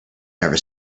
never